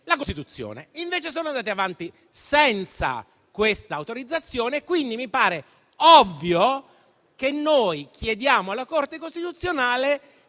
la Costituzione. Invece, sono andati avanti senza l'autorizzazione e quindi mi pare ovvio che noi chiediamo alla Corte costituzionale